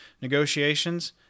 negotiations